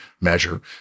measure